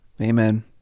amen